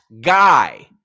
guy